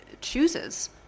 chooses